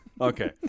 Okay